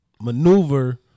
Maneuver